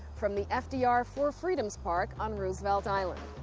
from the f d r. four freedoms park on roosevelt island,